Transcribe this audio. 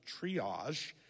triage